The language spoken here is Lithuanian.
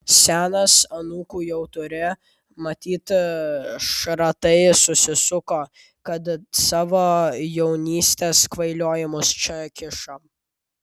senas anūkų jau turi matyt šratai susisuko kad savo jaunystės kvailiojimus čia kiša